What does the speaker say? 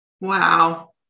Wow